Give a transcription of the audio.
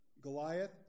Goliath